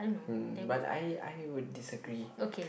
uh but I I would disagree